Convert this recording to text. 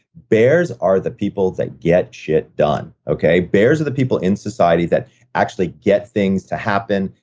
bears are the people that get shit done, okay? bears are the people in society that actually get things to happen.